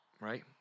right